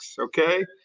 okay